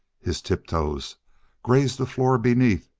his tiptoes grazed the floor beneath,